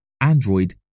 Android